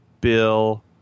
Bill